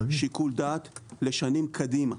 שיקול דעת, לשנים קדימה.